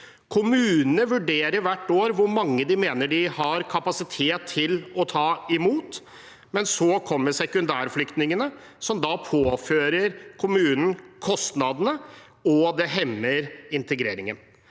Kommunene vurderer hvert år hvor mange de mener de har kapasitet til å ta imot, men så kommer sekundærflyktningene, som da påfører kommunen kostnadene, og det hemmer integreringen.